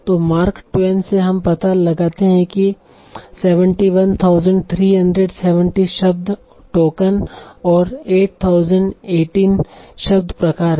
तो Mark Twain से हम पता लगाते हैं कि 71370 शब्द टोकन और 8018 शब्द प्रकार हैं